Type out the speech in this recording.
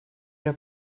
are